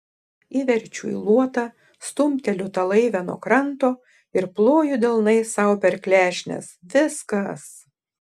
įverčiu į luotą stumteliu tą laivę nuo kranto ir ploju delnais sau per klešnes viskas